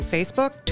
Facebook